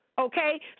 okay